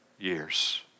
years